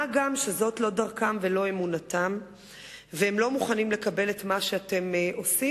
מה גם שזו לא דרכם ולא אמונתם והם לא מוכנים לקבל את מה שאתם עושים.